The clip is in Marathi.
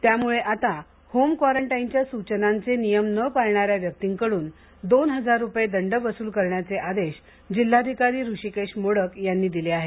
त्यामुळे आता होम क्वारंटाईनच्या सूचनांचे नियम न पाळणाऱ्या व्यक्तींकडून दोन हजार रुपये दंड वसूल करण्याचे आदेश जिल्हाधिकारी हृषीकेश मोडक यांनी दिले आहेत